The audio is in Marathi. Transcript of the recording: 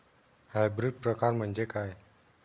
हायब्रिड प्रकार म्हणजे काय?